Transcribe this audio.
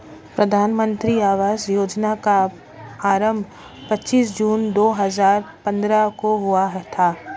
प्रधानमन्त्री आवास योजना का आरम्भ पच्चीस जून दो हजार पन्द्रह को हुआ था